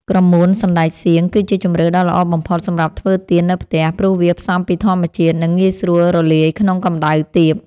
ក្រមួនសណ្ដែកសៀង គឺជាជម្រើសដ៏ល្អបំផុតសម្រាប់ធ្វើទៀននៅផ្ទះ ព្រោះវាផ្សំពីធម្មជាតិ និងងាយស្រួលរលាយក្នុងកម្ដៅទាប។